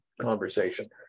conversation